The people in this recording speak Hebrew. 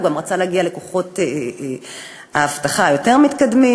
הוא גם רצה להגיע לכוחות אבטחה יותר מתקדמים.